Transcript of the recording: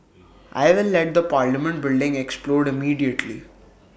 I will let the parliament building explode immediately